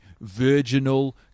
virginal